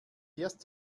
erst